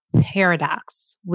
paradox